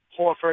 Horford